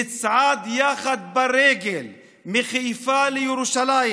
נצעד יחד ברגל מחיפה לירושלים